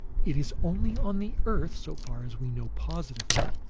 it is only on the earth, so far as we know positively,